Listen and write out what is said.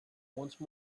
once